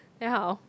then how